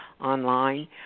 online